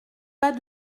pas